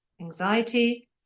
Anxiety